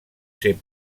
ser